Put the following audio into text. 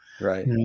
Right